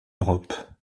europe